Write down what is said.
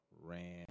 ran